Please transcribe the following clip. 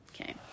Okay